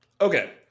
Okay